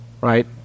Right